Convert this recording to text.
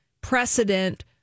precedent